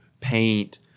paint